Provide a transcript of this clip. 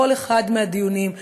בכל אחד מהדיונים,